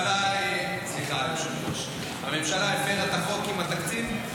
סליחה, היושב-ראש, הממשלה הפרה את החוק עם התקציב?